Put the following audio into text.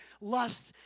lust